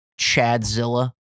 Chadzilla